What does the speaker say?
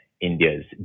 India's